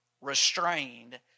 restrained